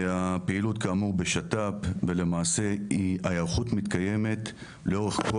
הפעילות כאמור בשת"פ ולמעשה ההיערכות מתקיימת לאורך כל